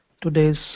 today's